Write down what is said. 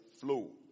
flow